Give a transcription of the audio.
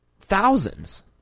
thousands